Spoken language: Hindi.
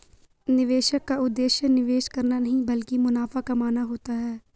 निवेशक का उद्देश्य निवेश करना नहीं ब्लकि मुनाफा कमाना होता है